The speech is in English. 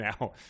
now